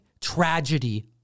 tragedy